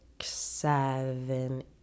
seven